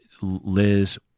Liz